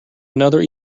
another